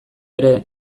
ere